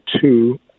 two